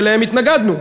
שלהם התנגדנו,